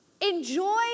Enjoy